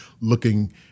looking